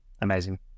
Amazing